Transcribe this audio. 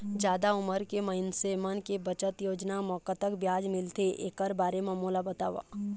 जादा उमर के मइनसे मन के बचत योजना म कतक ब्याज मिलथे एकर बारे म मोला बताव?